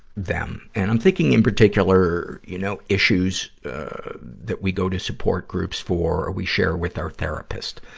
them. and i'm thinking in particular, you know, issues that we go to support groups for or we share with our therapist.